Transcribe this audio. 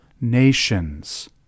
nations